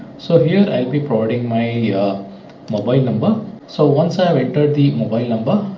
so here i'll be providing my mobile number so once i have entered the mobile number,